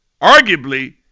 arguably